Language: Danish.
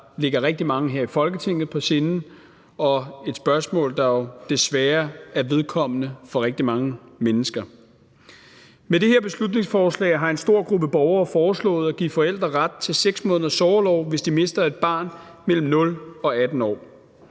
der ligger rigtig mange her i Folketinget på sinde, og et spørgsmål, der jo desværre er vedkommende for rigtig mange mennesker. Med det her beslutningsforslag har en stor gruppe borgere foreslået at give forældre ret til 6 måneders sorgorlov, hvis de mister et barn på mellem 0 og 18 år.